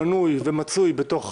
מנוי ומצוי בתוך